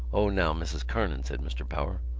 o, now, mrs. kernan, said mr. power,